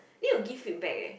need to give feedback eh